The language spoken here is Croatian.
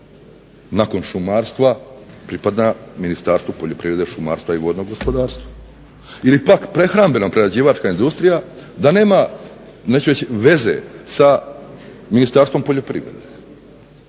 nakon šumarstva pripada Ministarstvu poljoprivrede, šumarstva i vodnog gospodarstva. Ili pak prehrambeno-prerađivačka industrija da nema neću reći veze sa Ministarstvom poljoprivrede.